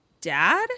Dad